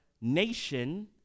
nation